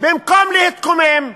במקום להתקומם,